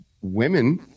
women